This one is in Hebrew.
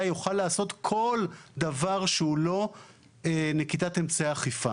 יוכל לעשות כל דבר שהוא לא נקיטת אמצעי אכיפה.